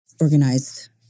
organized